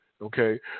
Okay